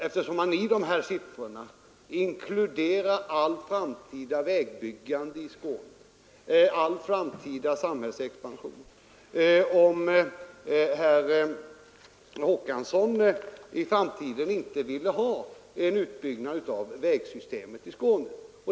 Eftersom man i dessa siffror inkluderar allt framtida vägbyggande i Skåne och all framtida samhällsexpansion, ställde jag en direkt fråga till herr Håkansson om han i framtiden inte ville ha någon utbyggnad av vägsystemet i Skåne.